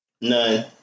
None